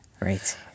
right